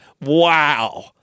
wow